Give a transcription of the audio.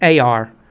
AR